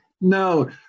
No